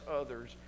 others